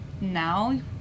now